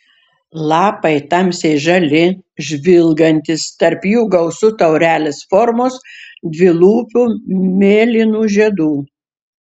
lapai tamsiai žali žvilgantys tarp jų gausu taurelės formos dvilūpių mėlynų žiedų